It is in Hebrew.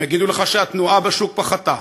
הם יגידו לך שהתנועה בשוק פחתה,